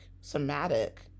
somatic